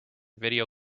video